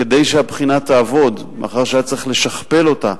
כדי שהבחינה תעבוד, מאחר שהיה צריך לשכפל אותה,